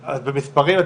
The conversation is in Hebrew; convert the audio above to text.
אבל במספרים,